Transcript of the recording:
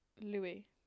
Louis